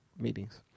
Meetings